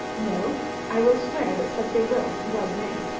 no i will swear that such a will was made.